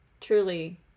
truly